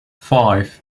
five